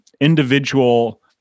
individual